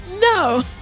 No